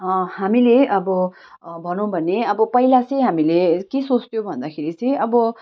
हामीले अब भनौँ भने अब पहिला चाहिँ हामीले के सोच्थ्यौँ भन्दाखेरि चाहिँ अब